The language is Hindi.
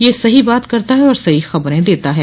यह सही बात करता है और सही खबरे देता है